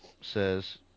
says